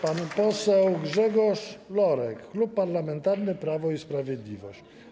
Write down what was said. Pan poseł Grzegorz Lorek, Klub Parlamentarny Prawo i Sprawiedliwość.